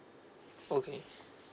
okay